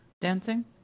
dancing